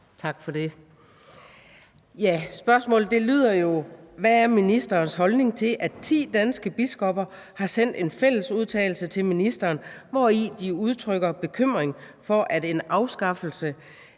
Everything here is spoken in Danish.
Tak for det.